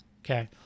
Okay